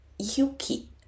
yuki